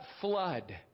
Flood